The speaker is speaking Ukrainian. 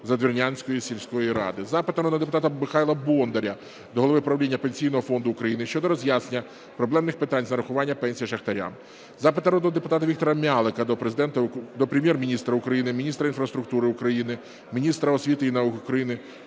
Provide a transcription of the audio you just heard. Задвір’янської сільської ради. Запит народного депутата Михайла Бондаря до Голови правління Пенсійного фонду України щодо роз'яснення проблемних питань з нарахування пенсій шахтарям. Запит народного депутата Віктора М'ялика до Прем'єр-міністра України, міністра інфраструктури України, міністра освіти і науки України